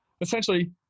essentially